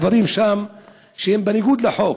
דברים שם שהם בניגוד לחוק,